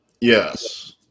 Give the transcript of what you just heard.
Yes